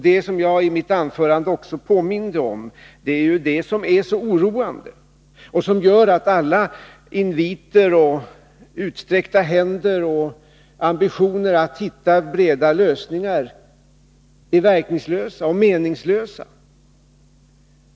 Det är ju — som jag också påminde om i mitt anförande — detta som är så oroande och som gör att alla inviter, alla utsträckta händer och ambitioner att hitta breda lösningar är verkningslösa och meningslösa.